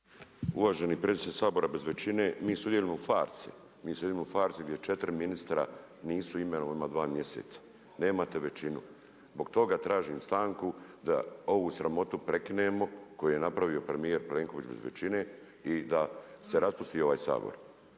Uvaženi predsjedniče Sabora bez većine mi sudjelujemo u farsi. Mi sudjelujemo u farsi gdje četiri ministra nisu imenovana ima dva mjeseca, nemate većinu. Zbog toga tražim stanku, da ovu sramotu prekinemo koju je napravio premijer Plenković bez većine i da se raspusti ovaj Sabor.